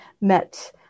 met